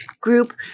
group